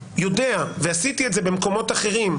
ועשיתי את זה במקומות אחרים,